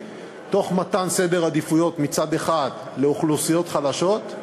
תוך מתן סדר עדיפויות מצד אחד לאוכלוסיות חלשות,